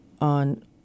on